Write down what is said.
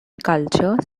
culture